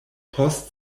post